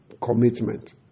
commitment